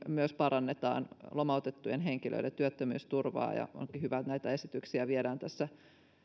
myös parannetaan lomautettujen henkilöiden työttömyysturvaa onkin hyvä että näitä esityksiä viedään tässä